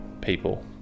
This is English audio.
people